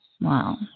Wow